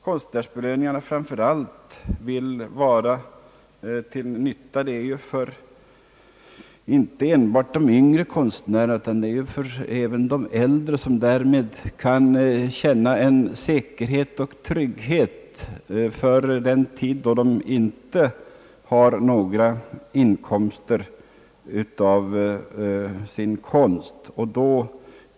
Konstnärsbelöningarna vill nu inte enbart vara till nytta för de yngre konstnärerna, utan även för de äldre, som därmed kan känna säkerhet och trygghet för den tid då de inte har några inkomster av sin konst.